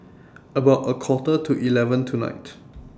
about A Quarter to eleven tonight